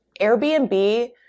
Airbnb